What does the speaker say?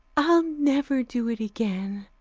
i'll never do it again.